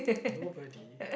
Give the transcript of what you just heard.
nobody